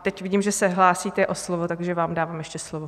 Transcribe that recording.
Teď vidím, že se hlásíte o slovo, takže vám dám ještě slovo.